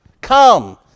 Come